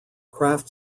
craft